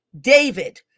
David